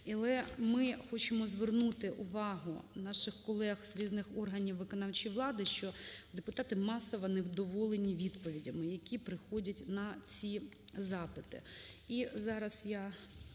Але ми хочемо звернути увагу наших колег з різних органів виконавчої влади, що депутати масово невдоволені відповідями, які приходять на ці запити.